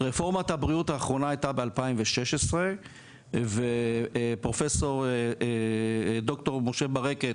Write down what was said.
רפורמת הבריאות האחרונה הייתה ב-2016 ודוקטור משה ברקת